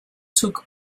took